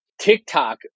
TikTok